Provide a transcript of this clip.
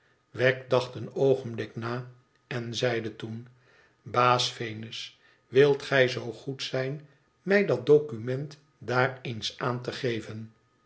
wegg dacht een oogenblik na en zeide toen baas venus wilt gij zoo goed zijn mij dat document daar eens aan te geven